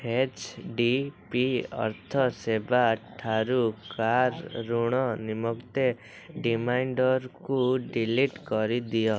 H D B ଅର୍ଥ ସେବାଠାରୁ car ଋଣ ନିମନ୍ତେ ରିମାଇଣ୍ଡର୍କୁ ଡିଲିଟ୍ କରିଦିଅ